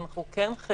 אנחנו כן חייבים